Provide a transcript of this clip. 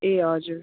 ए हजुर